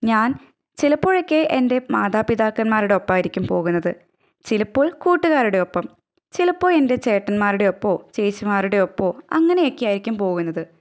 ഞാന് ചിലപ്പോഴൊക്കെ എന്റെ മാതാപിതാക്കന്മാരോടൊപ്പമായിരിക്കും പോകുന്നത് ചിലപ്പോള് കൂട്ടുകാരുടെയൊപ്പം ചിലപ്പോൾ എന്റെ ചേട്ടന്മാരുടെയൊപ്പമോ ചേച്ചിമാരുടെയൊപ്പമോ അങ്ങനെയൊക്കെ ആയിരിക്കും പോകുന്നത്